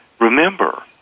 remember